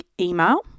Email